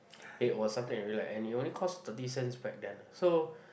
it was something I really like and it only cost thirty cents back then so